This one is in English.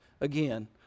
again